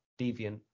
deviant